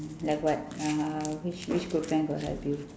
like what uh which which good friend got help you